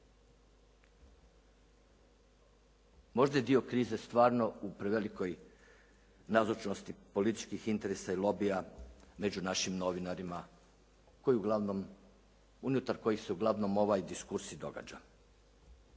Možda je dio krize stvarno u prevelikoj nazočnosti političkih interesa i lobija među našim novinarima koji uglavnom, unutar kojih se uglavnom ova diskusija i događa.